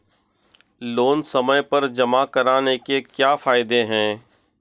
Loan समय पर जमा कराने के क्या फायदे हैं?